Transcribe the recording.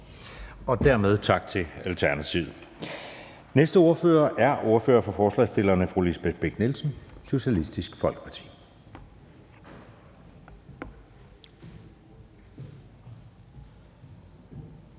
Selv tak til Alternativet. Sidste ordfører på talerstolen er ordfører for forslagsstillerne fru Lisbeth Bech-Nielsen, Socialistisk Folkeparti.